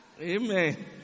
Amen